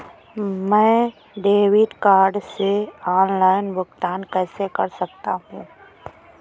मैं debit card से online भुगतान कैसे कर सकता हूँ?